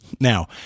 Now